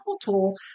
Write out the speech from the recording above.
tool